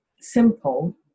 simple